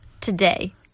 today